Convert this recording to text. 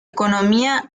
economía